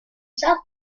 south